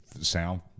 sound